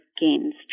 gains